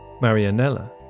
Marianella